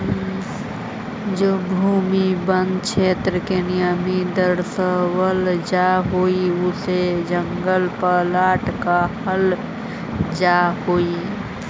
जो भूमि वन क्षेत्र के निमित्त दर्शावल जा हई उसे जंगल प्लॉट कहल जा हई